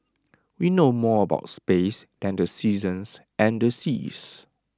we know more about space than the seasons and the seas